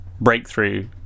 breakthrough